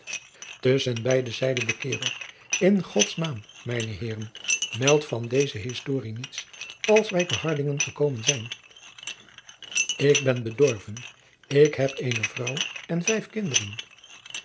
usschen beide zeide de karel n ods naam mijne eeren meld van deze historie niets als wij te ardingen gekomen zijn k ben bedorven ik heb eene vrouw en vijf kinderen